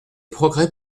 progrès